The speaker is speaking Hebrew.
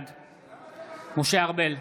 בעד משה ארבל,